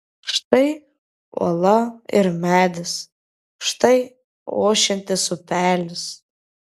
štai uola ir medis štai ošiantis upelis